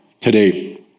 today